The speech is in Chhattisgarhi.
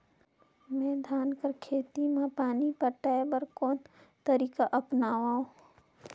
मैं धान कर खेती म पानी पटाय बर कोन तरीका अपनावो?